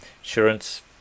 insurance